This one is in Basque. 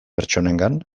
pertsonengan